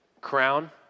crown